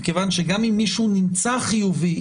מכיוון שגם אם מישהו נמצא חיובי,